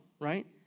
right